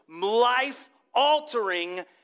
life-altering